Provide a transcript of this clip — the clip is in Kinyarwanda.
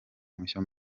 mushya